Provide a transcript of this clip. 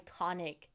iconic